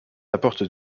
apporte